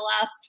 last –